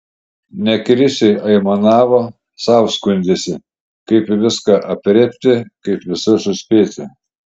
ne krisiui aimanavo sau skundėsi kaip viską aprėpti kaip visur suspėti